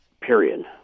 period